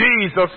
Jesus